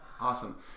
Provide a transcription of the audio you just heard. Awesome